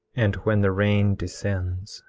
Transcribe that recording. and when the rain descends,